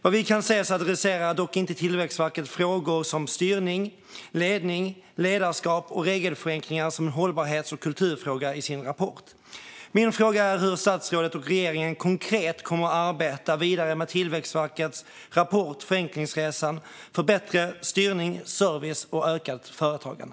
Vad vi kan se adresserar dock inte Tillväxtverket frågor som styrning, ledning, ledarskap och regelförenklingar som en hållbarhets och kulturfråga i sin rapport. Min fråga är hur statsrådet och regeringen konkret kommer att arbeta vidare med Tillväxtverkets rapport Förenklingsresan för bättre styrning, service och ökat företagande.